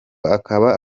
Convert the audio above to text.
akaba